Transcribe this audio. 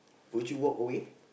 would you walk away